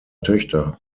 töchter